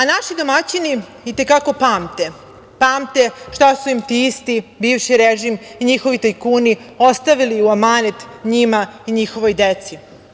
Naši domaćini i te kako pamte, pamte šta su im ti isti, bivši režim i njihovi tajkuni ostavili u amanet njima i njihovoj deci.